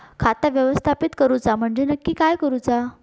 खाता व्यवस्थापित करूचा म्हणजे नक्की काय करूचा?